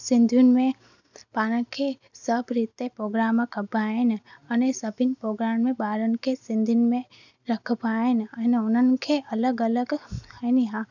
सिंधियुनि में पाण खे सभु रीति ते प्रोग्राम कबा आहिनि अने सभिनिनि प्रोग्राम में ॿारनि खे सिंधियुनि में रखिबा आहिनि अने हुननि खे अलॻि अलॻि अने हा